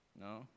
No